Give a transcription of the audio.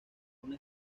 una